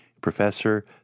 Professor